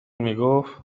میگفت